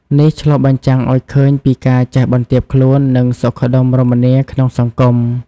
នេះឆ្លុះបញ្ចាំងឱ្យឃើញពីការចេះបន្ទាបខ្លួន និងសុខដុមរមនាក្នុងសង្គម។